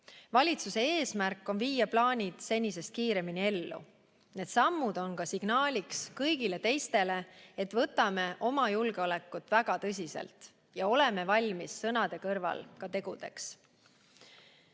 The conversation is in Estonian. Valitsuse eesmärk on viia plaanid senisest kiiremini ellu. Need sammud on ka signaaliks kõigile teistele, et võtame oma julgeolekut väga tõsiselt ja oleme sõnade kõrval valmis ka tegudeks.